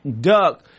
duck